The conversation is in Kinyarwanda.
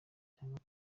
cyangwa